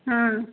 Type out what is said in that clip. ஆ